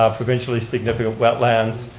ah provincially significant wetlands,